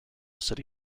city